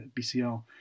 BCL